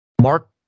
Mark